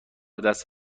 دست